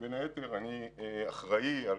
בין היתר, אני אחראי על